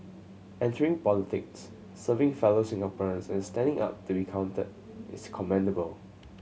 entering politics serving fellow Singaporeans and standing up to be counted is commendable